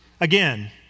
again